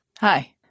Hi